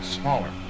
smaller